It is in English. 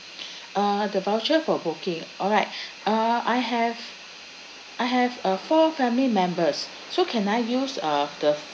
uh the voucher for booking alright uh I have I have a four family members so can I use uh the